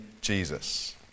Jesus